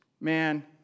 Man